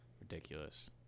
ridiculous